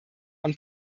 und